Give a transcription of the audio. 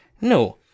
No